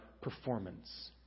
performance